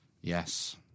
Yes